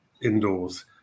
indoors